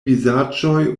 vizaĝoj